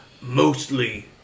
Mostly